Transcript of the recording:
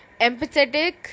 empathetic